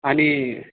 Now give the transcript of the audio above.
आणि